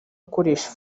akoresha